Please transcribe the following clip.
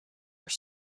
are